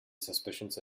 suspicions